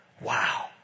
Wow